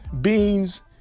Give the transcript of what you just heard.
beans